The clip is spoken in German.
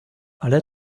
alle